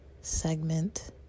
segment